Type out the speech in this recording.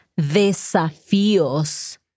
desafíos